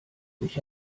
sich